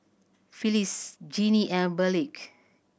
Phylis Gennie and Burleigh